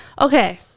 Okay